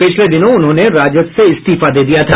पिछले दिनों उन्होंने राजद से इस्तीफा दे दिया था